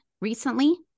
recently